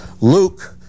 luke